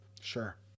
Sure